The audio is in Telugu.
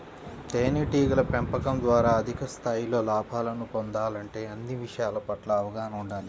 తేనెటీగల పెంపకం ద్వారా అధిక స్థాయిలో లాభాలను పొందాలంటే అన్ని విషయాల పట్ల అవగాహన ఉండాలి